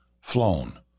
flown